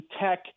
tech